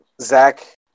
Zach